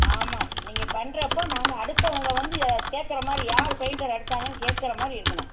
ஆமாம் நீங்கள் பண்ணுறப்போ நாங்கள் அடுத்தவங்க வந்து கேக்கிற மாதிரி யார் பெயிண்ட்டர் அடித்தாங்கன்னு கேக்கிற மாதிரி இருக்கணும்